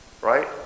right